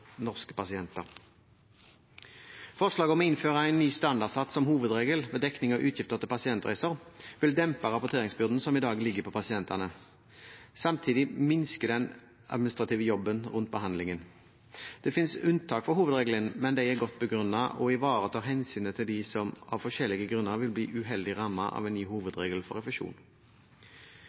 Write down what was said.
norske pasienter. Forslaget om å innføre en ny standardsats som hovedregel ved dekning av utgifter til pasientreiser vil dempe rapporteringsbyrden som i dag ligger på pasientene. Samtidig minsker den administrative jobben rundt behandlingen. Det finnes unntak fra hovedregelen, men de er godt begrunnet og ivaretar hensynet til dem som av forskjellige grunner vil bli uheldig rammet av en ny